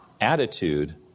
attitude